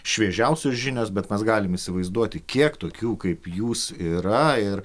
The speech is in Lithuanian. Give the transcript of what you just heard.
šviežiausios žinios bet mes galim įsivaizduoti kiek tokių kaip jūs yra ir